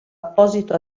apposito